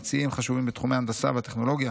ממציאים חשובים בתחומי ההנדסה והטכנולוגיה,